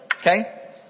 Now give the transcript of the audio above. okay